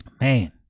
man